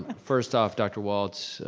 first off dr. walts,